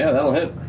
ah that'll hit.